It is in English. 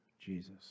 Jesus